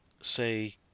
say